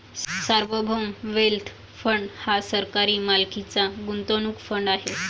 सार्वभौम wealth fund हा सरकारी मालकीचा गुंतवणूक फंड आहे